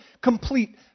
complete